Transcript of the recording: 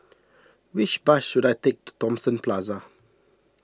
which bus should I take to Thomson Plaza